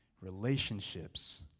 relationships